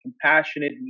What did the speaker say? compassionate